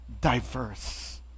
diverse